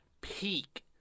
peak